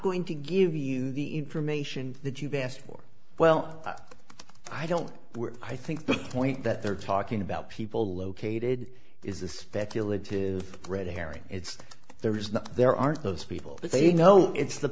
going to give you the information that you've asked for well i don't i think the point that they're talking about people located is the speculative red herring it's there is not there aren't those people but they know it's the